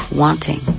wanting